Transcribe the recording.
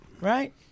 right